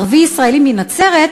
ערבי ישראלי מנצרת,